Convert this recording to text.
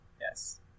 Yes